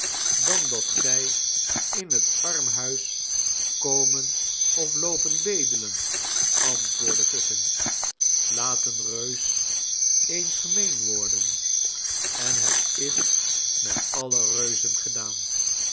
dan dat zij in het armhuis komen of loopen bedelen antwoordde vuffin laat een reus eens gemeen worden en het is met alle reuzen gedaan